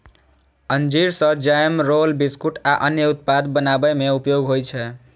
अंजीर सं jam, roll, biscuit आ अन्य उत्पाद बनाबै मे उपयोग होइ छै